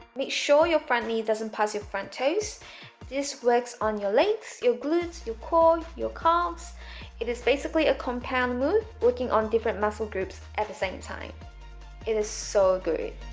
make sure your front knee doesn't pass your front toes this works on your legs your glutes your core your calves it is basically a compound move working on different muscle groups at the same time it is so good.